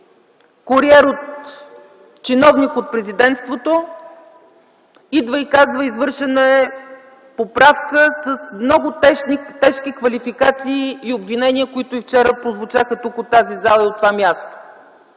в дома ми чиновник от Президентството идва и казва: „Извършена е поправка” с много тежки квалификации и обвинения, които и вчера прозвучаха тук, от това място